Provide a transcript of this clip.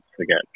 again